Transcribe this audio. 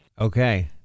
Okay